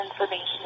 information